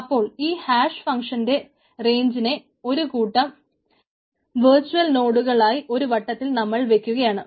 അപ്പോൾ ഈ ഹാഷ് ഫംഗ്ഷനിന്റെ റേഞ്ച്നെ ഒരു കൂട്ടം വെർച്ചൽ നോടുകളായി ഒരു വട്ടത്തിൽ നമ്മൾ വക്കുകയാണ്